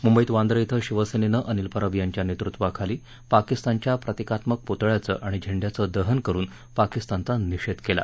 मुंबईत वांद्रे शिवसेनेनं अनिल परब यांच्या नेतृत्वाखाली पाकिस्तानच्या प्रतिकात्मक पुतळ्याचं आणि झेंड्याचं दहन करून पाकिस्तानचा निषेध केला